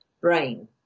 brain